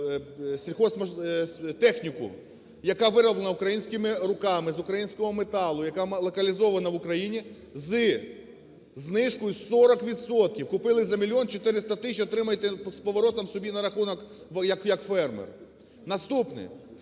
сільгосптехніку, яка вироблена українськими руками, з українського металу, яка локалізована в Україні зі знижкою в 40 відсотків. Купили за 1 мільйон 400 тисяч, отримайте з поворотом собі на рахунок як фермер. Наступне.